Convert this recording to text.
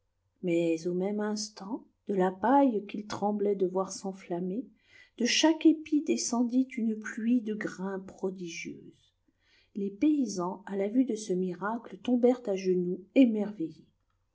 mais au même instant de la paille qu'ils tremblaient de voir s'enflammer de chaque épi descen dit une pluie de grains prodigieuse les paysans à la vue de ce miracle tombèrent à genoux émerveillés